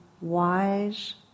wise